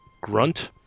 grunt